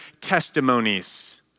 testimonies